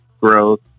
growth